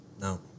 No